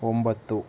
ಒಂಬತ್ತು